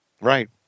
right